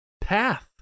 path